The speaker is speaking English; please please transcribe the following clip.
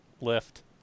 lift